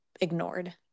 ignored